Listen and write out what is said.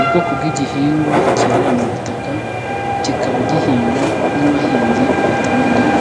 Ubwoko bw'igihingwa cyerera mu butaka, kikaba gihingwa n'abahinzi batandukanye,